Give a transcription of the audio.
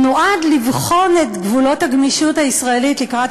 הוא נועד לבחון את גבולות הגמישות הישראלית לקראת